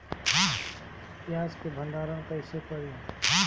प्याज के भंडारन कईसे करी?